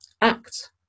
act